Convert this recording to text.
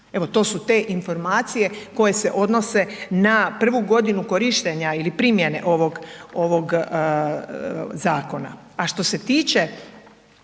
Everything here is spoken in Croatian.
evo to su te informacije koje se odnose na prvu godinu korištenja ili primjene ovog, ovog